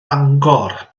bangor